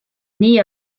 nii